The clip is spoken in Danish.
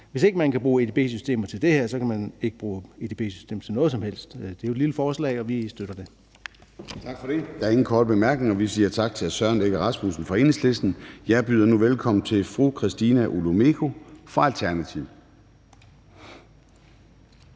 Hvis ikke man kan bruge edb-systemer til det her, kan man ikke bruge edb-systemer til noget som helst. Det er jo et lille forslag, og vi støtter det. Kl. 20:08 Formanden (Søren Gade): Tak for det. Der er ingen korte bemærkninger. Vi siger tak til hr. Søren Egge Rasmussen fra Enhedslisten. Jeg byder nu velkommen til fru Christina Olumeko fra Alternativet.